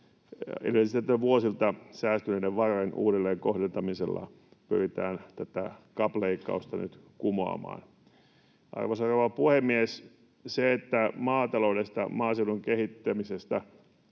vuosilta säästyneiden varojen uudelleenkohdentamisella pyritään tätä CAP-leikkausta nyt kumoamaan. Arvoisa rouva puhemies! Se, että maataloudesta ja maaseudun kehittämisestä